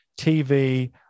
TV